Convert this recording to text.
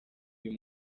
uyu